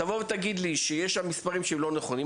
תבוא ותגיד לי שיש שם מספרים שהם לא נכונים,